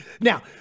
Now